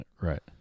Right